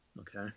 Okay